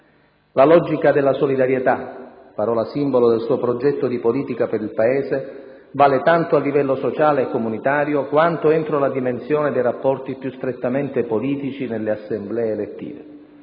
La logica della solidarietà - parola simbolo del suo progetto di politica per il Paese - vale tanto a livello sociale e comunitario, quanto entro la dimensione dei rapporti più strettamente politici nelle assemblee elettive.